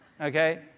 Okay